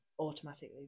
automatically